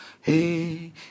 hey